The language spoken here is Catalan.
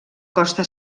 costa